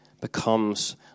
becomes